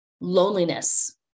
Loneliness